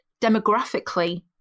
demographically